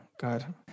God